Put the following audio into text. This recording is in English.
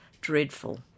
dreadful